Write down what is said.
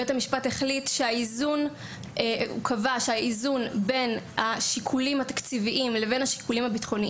בית המשפט קבע כי האיזון בין השיקולים התקציביים לביטחוניים